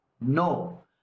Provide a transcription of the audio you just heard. No